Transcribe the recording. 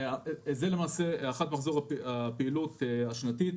זה הערכת מחזור הפעילות השנתית.